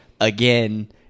again